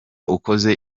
ukoze